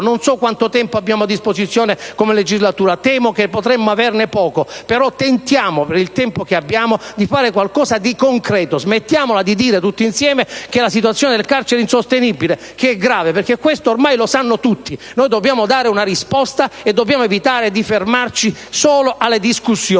Non so quanto tempo avremo a disposizione nella legislatura; temo che potremo averne poco, ma, per il tempo che abbiamo, tentiamo di fare qualcosa di concreto. Smettiamo di dire tutti insieme che la situazione nelle carceri è grave e insostenibile, perché questo ormai lo sanno tutti: noi dobbiamo dare una risposta ed evitare di fermarci solo alle discussioni.